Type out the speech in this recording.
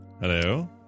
Hello